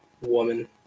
woman